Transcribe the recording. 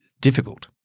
difficult